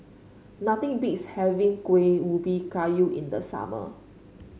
nothing beats having Kueh Ubi Kayu in the summer